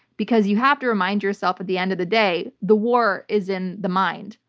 because you have to remind yourself at the end of the day, the war is in the mind.